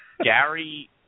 Gary